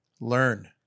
learn